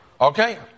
okay